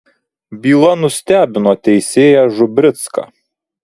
byla nustebino teisėją žubricką